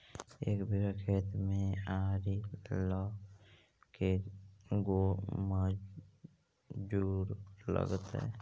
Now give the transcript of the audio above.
एक बिघा खेत में आरि ल के गो मजुर लगतै?